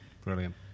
Brilliant